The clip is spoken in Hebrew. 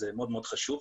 זה מאוד חשוב.